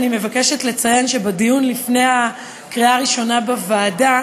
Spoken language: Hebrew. אני מבקשת לציין שבדיון לפני הקריאה הראשונה בוועדה,